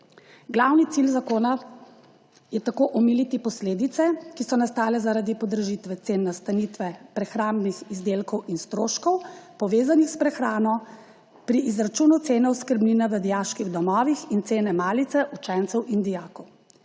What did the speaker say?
Glavni cilj zakona je tako omiliti posledice, ki so nastale zaradi podražitve cen nastanitve, prehrambnih izdelkov in stroškov, povezanih s prehrano pri izračunu cene oskrbnine v dijaških domovih in cene malice učencev in dijakov.